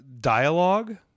dialogue